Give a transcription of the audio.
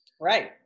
Right